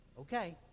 Okay